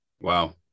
Wow